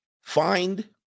find